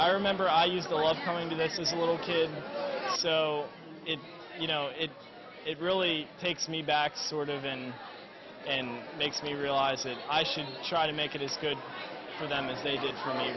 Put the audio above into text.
i remember i used to love coming to this was a little kid so you know it it really takes me back sort of in and makes me realize that i should try to make it is good for them as they did for me